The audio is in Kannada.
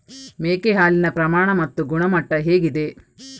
ಮೇಕೆ ಹಾಲಿನ ಪ್ರಮಾಣ ಮತ್ತು ಗುಣಮಟ್ಟ ಹೇಗಿದೆ?